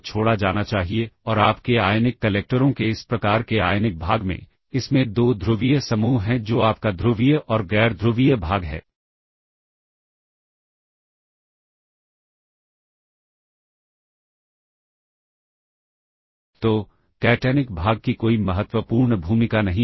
अब यदि यह सबरूटीन इस बी सी एच एल रजिस्टरों को संशोधित करता है तो एक बार जब आप यहां वापस आते हैं तो आप देखेंगे कि यह सभी बी सी एच एल संशोधित हैं